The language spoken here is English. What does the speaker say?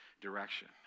direction